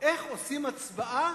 איך עושים הצבעה